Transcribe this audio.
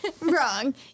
Wrong